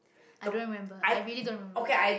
i don't remember i really don't remember